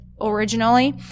originally